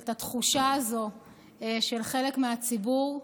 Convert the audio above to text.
את התחושה הזו של חלק מהציבור,